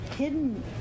Hidden